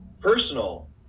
personal